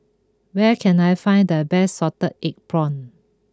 where can I find the best Salted Egg Prawns